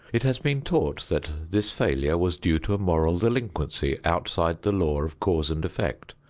it has been taught that this failure was due to a moral delinquency outside the law of cause and effect,